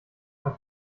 hat